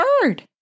bird